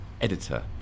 editor